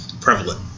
Prevalent